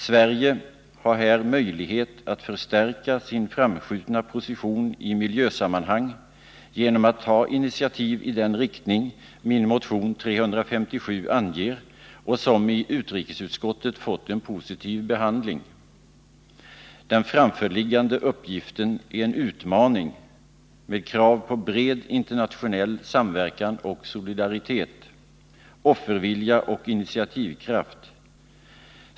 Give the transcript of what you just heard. Sverige har här möjlighet att förstärka sin framskjutna position i miljösammanhang genom att ta initiativ i den riktning min motion 357 anger. Den har i utrikesutskottet fått en positiv behandling. Den framförliggande uppgiften är en utmaning med krav på bred internationell samverkan och solidaritet, offervilja och initiativkraft.